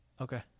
Okay